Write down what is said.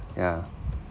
ya